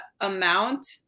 amount